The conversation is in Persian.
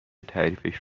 تعریفش